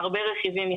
הרבה מאוד רכיבים.